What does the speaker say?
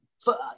fuck